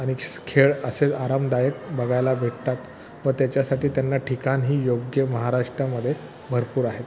आणि खेळ असे आरामदायक बघायला भेटतात व त्याच्यासाठी त्यांना ठिकाण ही योग्य महाराष्ट्रामध्ये भरपूर आहे